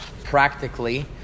Practically